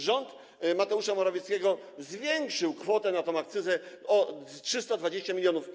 Rząd Mateusza Morawieckiego zwiększył kwotę na tę akcyzę o 320 mln zł.